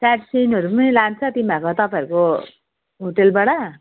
साइटसिनहरू पनि लान्छ तिमीहरूकोको तपाईँहरूको होटेलबाट